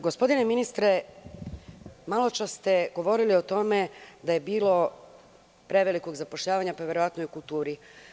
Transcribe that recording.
Gospodine ministre, malo čas ste govorili o tome da je bilo prevelikog zapošljavanja, pa verovatno i u kulturi.